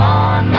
on